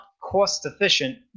cost-efficient